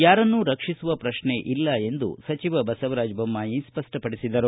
ಯಾರನ್ನು ರಕ್ಷಿಸುವ ಪ್ರಶ್ನೆ ಇಲ್ಲ ಎಂದು ಸಚಿವ ಬಸವರಾಜ ಬೊಮ್ಮಾಯಿ ಸ್ಪಷ್ಟಪಡಿಸಿದರು